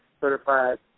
certified